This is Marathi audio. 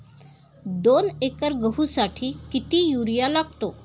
दोन एकर गहूसाठी किती युरिया लागतो?